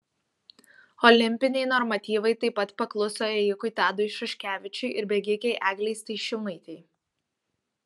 olimpiniai normatyvai taip pat pakluso ėjikui tadui šuškevičiui ir bėgikei eglei staišiūnaitei